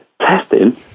testing